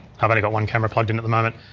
i've only got one camera plugged in at the moment.